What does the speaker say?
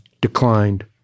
declined